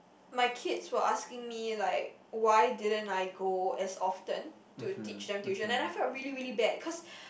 my kids were asking me like why didn't I go as often to teach them tuition and I felt really really bad cause